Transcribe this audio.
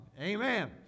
Amen